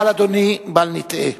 אבל, אדוני, בל נטעה: